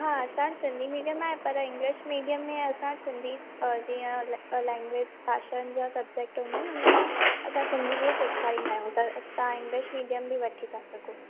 हा असां वटि सिंधी मीडियम आहे पर इंगलिश मीडियम में असां वटि सिंधी ॿार जीअं अ अदर लेंग्वेग भाषाउनि जा सेब्जेट हूंदा आहिनि न हुन में असां सिंधी बि सेखारींदा आहियूं त तव्हां इंगलिश मीडियम बि वठी था सघो